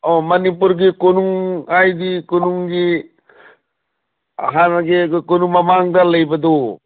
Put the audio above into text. ꯑꯣ ꯃꯅꯤꯄꯨꯔꯒꯤ ꯀꯣꯅꯨꯡ ꯍꯥꯏꯗꯤ ꯀꯣꯅꯨꯡꯒꯤ ꯍꯥꯟꯅꯒꯤ ꯑꯗꯨ ꯀꯣꯅꯨꯡ ꯃꯃꯥꯡꯗ ꯂꯩꯕꯗꯨ